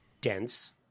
dense